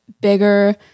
bigger